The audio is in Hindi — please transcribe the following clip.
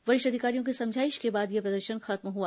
वरिष्ठ अधिकारियों की समझाइश के बाद यह प्रदर्शन खत्म हुआ